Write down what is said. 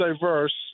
diverse